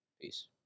Peace